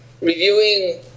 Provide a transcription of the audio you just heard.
reviewing